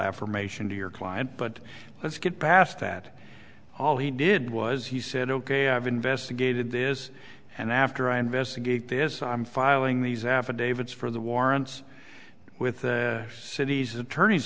affirmation to your client but let's get past that all he did was he said ok i've investigated this and after i investigate this i'm filing these affidavits for the warrants with the city's attorney's